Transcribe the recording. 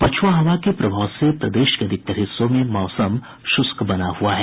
पछुआ हवा के प्रभाव से प्रदेश के अधिकांश हिस्सों में मौसम शुष्क बना हुआ है